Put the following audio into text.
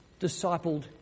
discipled